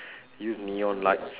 use neon lights